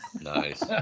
Nice